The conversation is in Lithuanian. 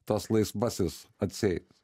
tas laisvasis atseit